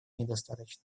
недостаточно